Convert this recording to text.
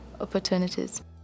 opportunities